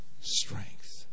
strength